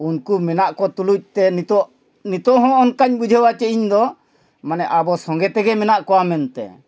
ᱩᱱᱠᱩ ᱢᱮᱱᱟᱜ ᱠᱚ ᱛᱩᱞᱩᱡ ᱛᱮ ᱱᱤᱛᱳᱜ ᱱᱤᱛᱳᱜ ᱦᱚᱸ ᱚᱱᱠᱟᱧ ᱵᱩᱡᱷᱟᱹᱣᱟ ᱥᱮ ᱤᱧᱫᱚ ᱢᱟᱱᱮ ᱟᱵᱚ ᱥᱚᱸᱜᱮᱛᱮᱜᱮ ᱢᱮᱱᱟᱜ ᱠᱚᱣᱟ ᱢᱮᱱᱛᱮ